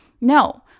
No